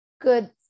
good